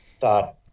Thought